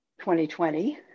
2020